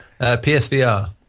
PSVR